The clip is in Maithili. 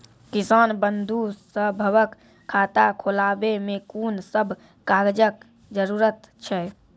किसान बंधु सभहक खाता खोलाबै मे कून सभ कागजक जरूरत छै?